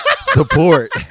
support